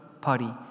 party